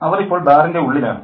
അവർ ഇപ്പോൾ ബാറിൻ്റെ ഉള്ളിലാണ്